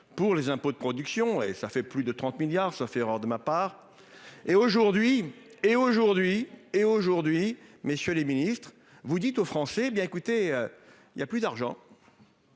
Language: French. pour les impôts de production et ça fait plus de 30 milliards. Sauf erreur de ma part. Et aujourd'hui et aujourd'hui et aujourd'hui, messieurs les ministres, vous dites aux Français, hé bien écoutez, il y a plus d'argent.